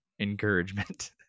encouragement